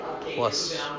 Plus